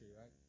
right